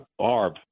ARB